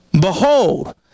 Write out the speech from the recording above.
Behold